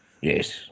Yes